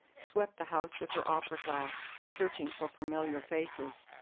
swept the house with her opera-glass, searching for familiar faces.